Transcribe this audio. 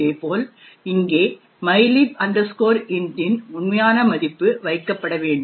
இதே போல் இங்கே mylib int இன் உண்மையான மதிப்பு வைக்கப்பட வேண்டும்